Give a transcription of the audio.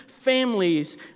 families